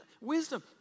wisdom